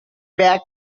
back